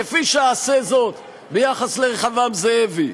כפי שאעשה זאת ביחס לרחבעם זאבי,